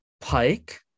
Pike